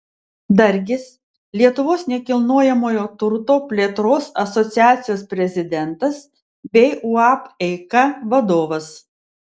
dargis lietuvos nekilnojamojo turto plėtros asociacijos prezidentas bei uab eika vadovas